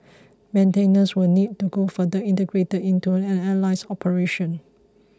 maintenance will need to go further integrated into an airline's operation